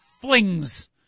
flings